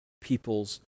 people's